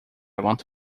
want